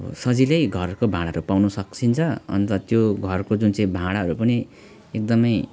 अब सजिलै घरको भाडाहरू पाउन सकिन्छ अन्त त्यो घरको जुन चाहिँ भाडाहरू पनि एकदम